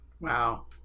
wow